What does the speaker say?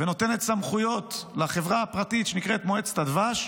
ונותנת סמכויות לחברה הפרטית שנקראת מועצת הדבש,